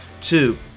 two